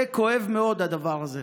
זה כואב מאוד, הדבר הזה.